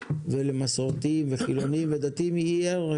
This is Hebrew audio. ולמסורתיים ולחילוניים ולדתיים היא ערך.